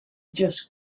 just